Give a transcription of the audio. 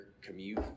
commute